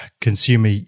consumer